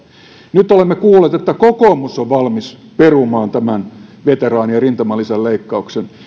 nyt olemme kuulleet että kokoomus on valmis perumaan tämän veteraanien rintamalisän leikkauksen